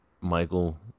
Michael